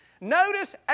Notice